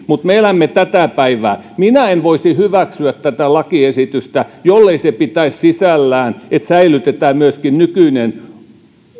mutta me elämme tätä päivää minä en voisi hyväksyä tätä lakiesitystä jollei se pitäisi sisällään että säilytetään myöskin nykyinen